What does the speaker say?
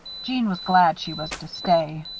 jeanne was glad she was to stay.